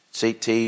CT